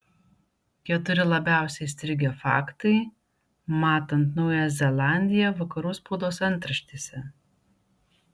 keturi labiausiai įstrigę faktai matant naująją zelandiją vakarų spaudos antraštėse